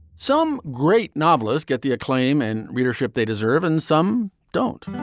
some great novelas get the acclaim and readership they deserve and some don't